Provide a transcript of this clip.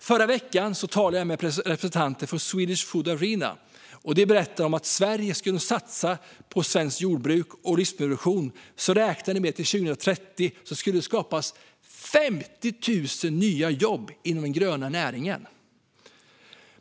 I förra veckan talade jag med representanter från Sweden Food Arena, som berättade att de beräknat att om Sverige skulle satsa på svenskt jordbruk och livsmedelsproduktion skulle det skapas 50 000 nya jobb inom den gröna näringen till 2030.